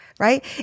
right